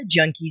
Junkies